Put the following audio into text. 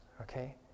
Okay